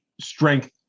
strength